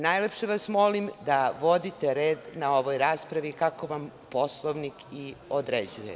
Najlepše vas molim da vodite red na ovoj raspravi kako vam Poslovnik i određuje.